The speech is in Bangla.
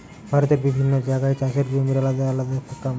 ভারতের বিভিন্ন জাগায় চাষের জমির আলদা দাম